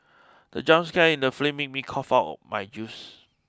the jump scare in the film made me cough out my juice